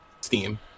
Steam